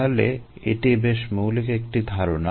তাহলে এটি বেশ মৌলিক একটি ধারণা